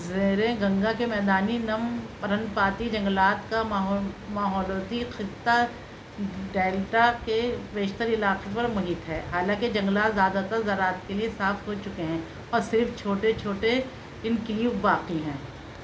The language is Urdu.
زیر گنگا کے میدانی نم پرن پاتی جنگلات کا ماحولیاتی خطہ ڈیلٹا کے بیشتر علاقے پر محیط ہے حالانکہ جنگلات زیادہ تر زراعت کے لیے صاف ہو چکے ہیں اور صرف چھوٹے چھوٹے انکلیو باقی ہیں